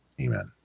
Amen